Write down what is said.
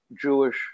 Jewish